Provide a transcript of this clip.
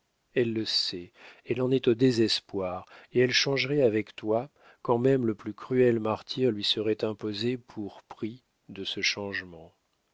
elle le sait elle en est au désespoir et elle changerait avec toi quand même le plus cruel martyre lui serait imposé pour prix de ce changement